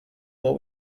what